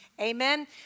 Amen